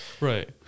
right